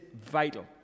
vital